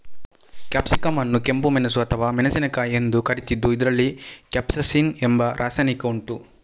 capsicum ಅನ್ನು ಕೆಂಪು ಮೆಣಸು ಅಥವಾ ಮೆಣಸಿನಕಾಯಿ ಎಂದು ಕರೀತಿದ್ದು ಇದ್ರಲ್ಲಿ ಕ್ಯಾಪ್ಸೈಸಿನ್ ಎಂಬ ರಾಸಾಯನಿಕ ಉಂಟು